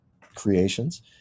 creations